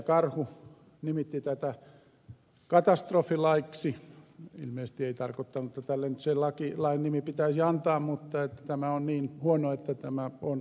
karhu nimitti tätä katastrofilaiksi ilmeisesti ei tarkoittanut että tälle nyt se lain nimi pitäisi antaa mutta että tämä on niin huono että tämä on katastrofi suomelle